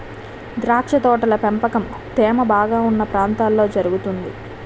ద్రాక్ష తోటల పెంపకం తేమ బాగా ఉన్న ప్రాంతాల్లో జరుగుతుంది